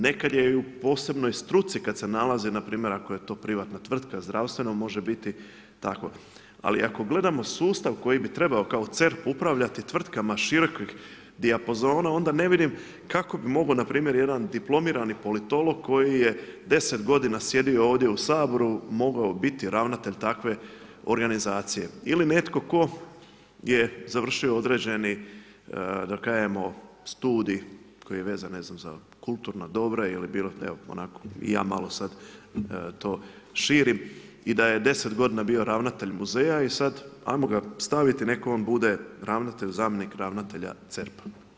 Nekad je i u posebnoj struci kad se nalazi npr. ako je to privatna tvrtka, zdravstveno može biti tako, ali ako gledamo sustav koji bi trebao kao CERP upravljati tvrtkama širokih dijapazona, onda ne vidim kako bi mogao npr. jedan diplomirani politolog koji je 10 godina sjedio ovdje u Saboru mogao biti ravnatelj takve organizacije ili netko tko je završio određeni studij koji je vezan ne znam za kulturna dobra, ja malo to širim, i da je 10 godina bio ravnatelj muzeja i sad ajmo ga staviti nek' on bude ravnatelj, zamjenik ravnatelj CERP-a.